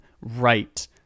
right